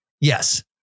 Yes